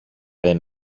δεν